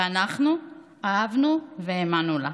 ואנחנו, אהבנו והאמנו לה.